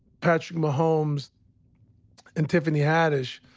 patrick mahomes and tiffany haddish,